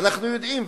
ואנחנו יודעים,